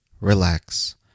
Relax